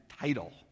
title